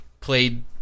played